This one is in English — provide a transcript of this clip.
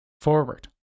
forward